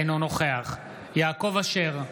אינו נוכח יעקב אשר,